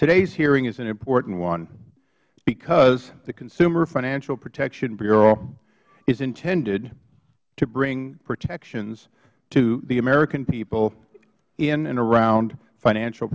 today's hearing is an important one because the consumer financial protection bureau is intended to bring protections to the american people in and around financial